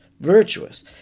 virtuous